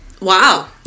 wow